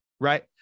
right